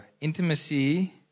intimacy